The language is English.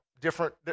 different